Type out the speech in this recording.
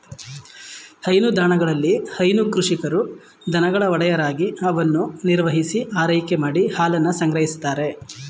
ಹೈನುದಾಣಗಳಲ್ಲಿ ಹೈನು ಕೃಷಿಕರು ದನಗಳ ಒಡೆಯರಾಗಿ ಅವನ್ನು ನಿರ್ವಹಿಸಿ ಆರೈಕೆ ಮಾಡಿ ಹಾಲನ್ನು ಸಂಗ್ರಹಿಸ್ತಾರೆ